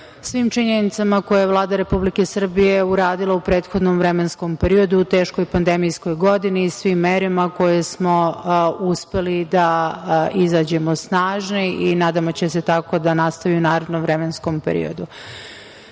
svim činjenicama koje Vlada Republike Srbije je uradila u prethodnom vremenskom periodu u teškoj pandemijskoj godini i svim merama kojima smo uspeli da izađemo snažni i nadamo se da će tako da nastavi u narednom vremenskom